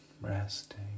resting